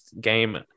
game